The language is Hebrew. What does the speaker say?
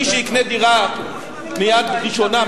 מי שיקנה דירה מיד ראשונה,